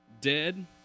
Dead